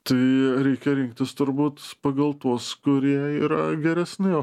tai reikia rinktis turbūt pagal tuos kurie yra geresni o